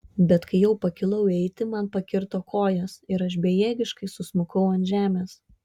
bet kai jau pakilau eiti man pakirto kojas ir aš bejėgiškai susmukau ant žemės